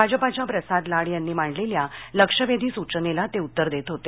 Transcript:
भाजपाच्या प्रसाद लाड यांनी मांडलेल्या लक्षवेधी सूचनेला ते उत्तर देत होते